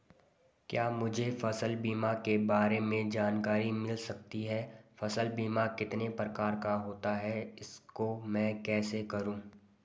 क्या मुझे फसल बीमा के बारे में जानकारी मिल सकती है फसल बीमा कितने प्रकार का होता है इसको मैं कैसे करूँ?